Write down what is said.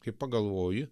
kai pagalvoji